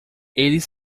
eles